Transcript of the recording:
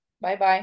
Bye-bye